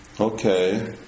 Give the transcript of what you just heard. okay